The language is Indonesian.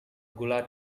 gula